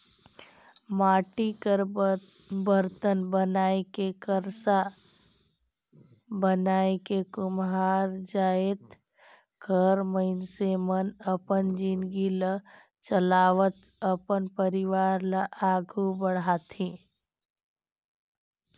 माटी कर बरतन बनाए के करसा बनाए के कुम्हार जाएत कर मइनसे मन अपन जिनगी ल चलावत अपन परिवार ल आघु बढ़ाथे